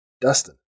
Dustin